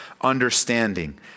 understanding